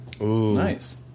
Nice